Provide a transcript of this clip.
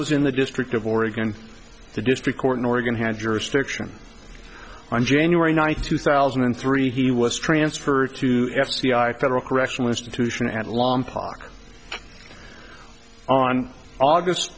was in the district of oregon the district court in oregon had jurisdiction on january ninth two thousand and three he was transferred to f b i federal correctional institution at lompoc on august